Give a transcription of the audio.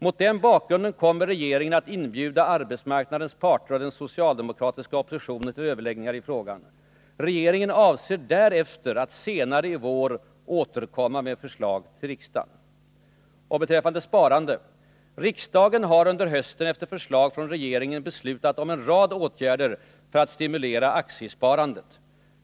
Mot den bakgrunden kommer regeringen att inbjuda arbetsmarknadens parter och den socialdemokratiska oppositionen till överläggningar i frågan. Regeringen avser därefter att senare i vår återkomma med förslag till riksdagen.” ”Riksdagen har under hösten, efter förslag från regeringen, beslutat om en rad åtgärder för att stimulera aktiesparandet.